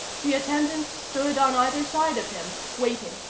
the attendants stood on either side of him, waiting.